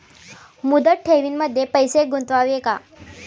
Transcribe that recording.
मुदत ठेवींमध्ये पैसे गुंतवावे का?